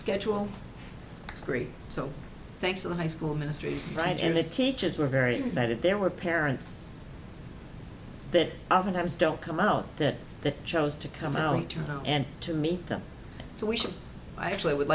schedule agree so thanks to the high school ministries right and the teachers were very excited there were parents that oftentimes don't come out that the chose to come out and to meet them so we should i actually would